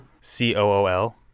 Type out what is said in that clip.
c-o-o-l